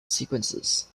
sequences